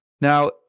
Now